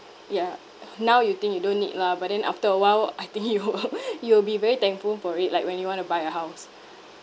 ya now you think you don't need lah but then after a while I think you will you will be very thankful for it like when you want to buy a house